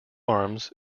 arms